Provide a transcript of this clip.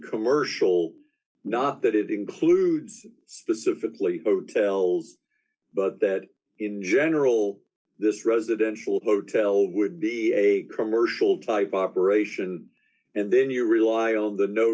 commercial d not that it includes specifically hotels but that in general this d residential hotel would be a commercial type operation and then you rely on the no